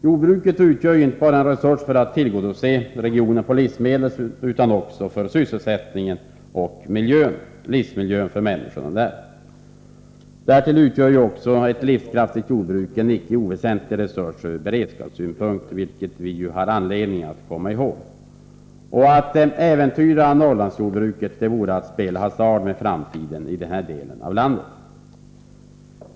Jordbruket utgör en resurs inte bara för att tillgodose regionen med livsmedel utan också för sysselsättningen och miljön, livsmiljön för människorna. Därtill utgör ett livskraftigt jordbruk en icke oväsentlig resurs från beredskapssynpunkt, vilket vi har anledning att komma ihåg. Att äventyra Norrlandsjordbruket vore att spela hasard med framtiden i denna del av landet.